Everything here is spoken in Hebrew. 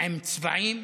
עם צבעים,